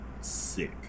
sick